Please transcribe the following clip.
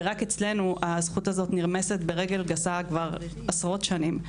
ורק אצלנו הזכות הזאת נרמסת ברגל גסה כבר עשרות שנים.